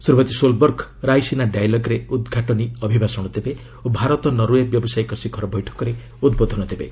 Shrimati Solberg Raisina ଡାଏଲଗ୍ରେ ଉଦ୍ଘାଟନୀ ଅଭିଭାଷଣ ଦେବେ ଓ ଭାରତ ନରଓ୍ୱେ ବ୍ୟବସାୟିକ ଶିଖର ବୈଠକରେ ଉଦ୍ବୋଧନ ଦେବେ